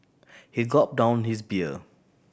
he gulp down his beer